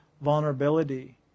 vulnerability